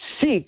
seek